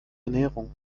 ernährung